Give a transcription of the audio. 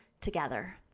together